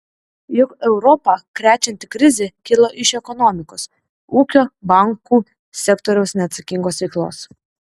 juk europą krečianti krizė kilo iš ekonomikos ūkio bankų sektoriaus neatsakingos veiklos